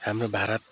हाम्रो भारत